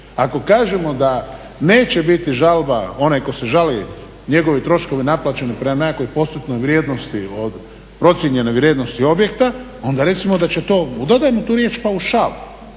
Ako kažemo da neće biti žalba, onaj tko se žali, njegovi troškovi naplaćeni prema nekakvoj postotnoj vrijednosti, procijenjenoj vrijednosti objekta onda recimo da će to, dodajmo tu riječ paušal,